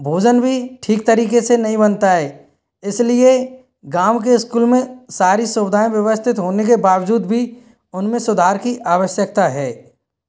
भोजन भी ठीक तरीके से नहीं बनता है इसलिए गाँव के स्कूल में सारी सुविधाएँ व्यवस्थित होने के बावजूद भी उनमें सुधार की आवश्यकता है